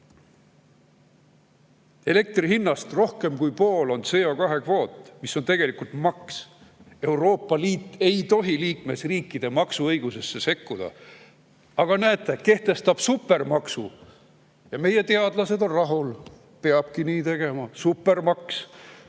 Elektri hinnast rohkem kui pool on CO2-kvoot, mis on tegelikult maks. Euroopa Liit ei tohi liikmesriikide maksuõigusesse sekkuda. Aga näete, kehtestab supermaksu! Ja meie teadlased on rahul: "Peabki nii tegema, supermaks!"